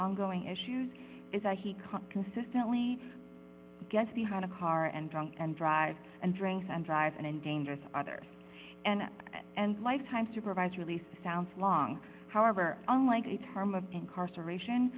ongoing issues is that he can consistently get behind a car and drunk and drive and drink and drive and endangers others and and lifetime supervise released sounds long however unlike a term of incarceration